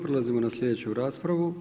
Prelazimo na sljedeću raspravu.